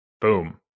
Boom